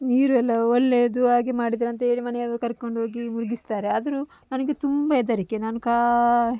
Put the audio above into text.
ನೀರೆಲ್ಲ ಒಳ್ಳೆಯದು ಹಾಗೆ ಮಾಡಿದರೆ ಅಂತ್ಹೇಳಿ ಮನೆಯವ್ರ ಕರ್ಕೊಂಡ್ಹೋಗಿ ಮುಳುಗಿಸ್ತಾರೆ ಆದರು ನನಗೆ ತುಂಬ ಹೆದರಿಕೆ ನಾನು ಕಾ